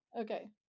Okay